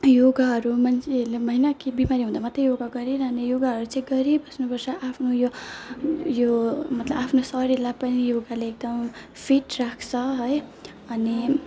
योगाहरू मान्छेहरूले महिना कि बिमारी हुँदा मात्रै योगा गरिरहने योगाहरू चाहिँ गरिबस्नु पर्छ आफ्नो यो यो मतलब आफ्नो शरीरलाई पनि योगाले एकदम फिट राख्छ है अनि